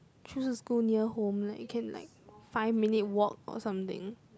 choose a school near home like you can like five minute walk or something